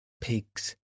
pigs